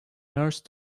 nurse